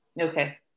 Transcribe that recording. Okay